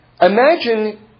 imagine